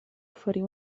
oferir